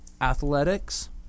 Athletics